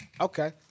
Okay